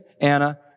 Anna